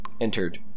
entered